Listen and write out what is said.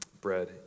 bread